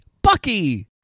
Bucky